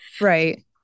right